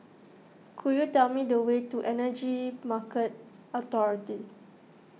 could you tell me the way to Energy Market Authority